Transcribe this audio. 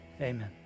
Amen